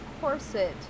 corset